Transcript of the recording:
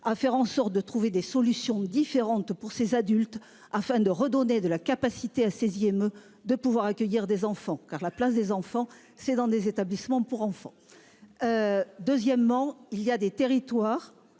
à faire en sorte de trouver des solutions différentes pour ces adultes afin de redonner de la capacité à 16ème de pouvoir accueillir des enfants car la place des enfants, c'est dans des établissements pour enfants. Deuxièmement, il y a des territoires